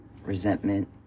resentment